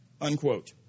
unquote